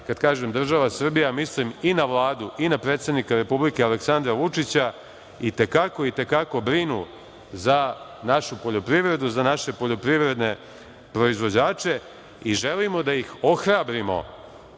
kada kažem država Srbija mislim i na Vladu i na predsednika Republike Aleksandra Vučića, i te kako brine za našu poljoprivredu, za naše poljoprivredne proizvođače i želimo da ih ohrabrimo,